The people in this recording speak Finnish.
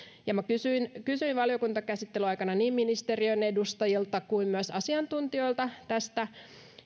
ja minä kysyin valiokuntakäsittelyn aikana niin ministeriön edustajilta kuin myös asiantuntijoilta tästä